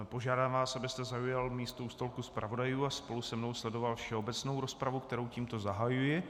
Požádám vás, abyste zaujal místo u stolku zpravodajů a spolu se mnou sledoval všeobecnou rozpravu, kterou tímto zahajuji.